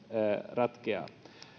ratkeavat